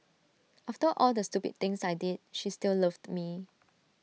after all the stupid things I did she still loved me